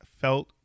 felt